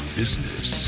business